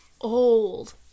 old